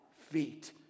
feet